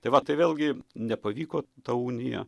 tai va tai vėlgi nepavyko ta unija